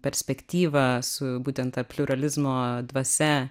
perspektyva su būtent ta pliuralizmo dvasia